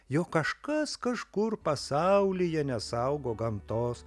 jog kažkas kažkur pasaulyje nesaugo gamtos